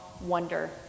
wonder